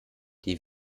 die